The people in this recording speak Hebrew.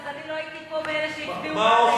למזלי לא הייתי פה בין אלה שהצביעו בעד ההתנתקות.